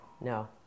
No